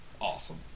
awesome